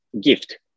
gift